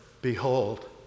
Behold